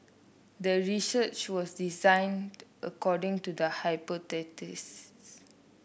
the research was designed according to the hypothesis